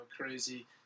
crazy